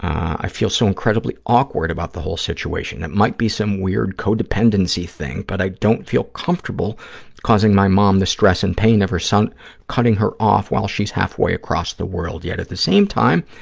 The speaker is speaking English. i feel so incredibly awkward about the whole situation. it might be some weird codependency thing, but i don't feel comfortable causing my mom the stress and pain of her son cutting her off while she's halfway across the world, yet, at the same time,